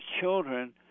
children